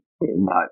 no